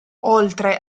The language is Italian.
oltre